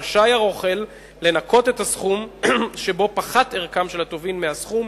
רשאי הרוכל לנכות את הסכום שבו פחת ערכם של הטובין מהסכום